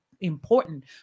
important